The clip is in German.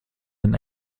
denn